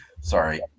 Sorry